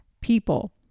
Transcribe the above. people